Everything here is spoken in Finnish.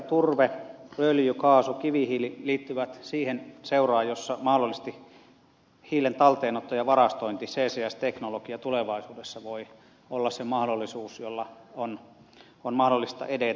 turve öljy kaasu ja kivihiili liittyvät siihen seuraan jossa mahdollisesti hiilen talteenotto ja varastointi ccs teknologia tulevaisuudessa voi olla se mahdollisuus jolla on mahdollista edetä